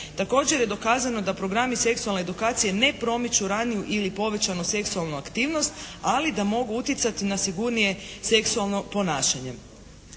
Također je dokazano da Programi seksualne edukacije ne promiču raniju ili povećanu seksualnu aktivnost ali da mogu utjecat na sigurnije seksualno ponašanje.